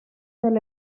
del